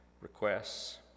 requests